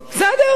בסדר.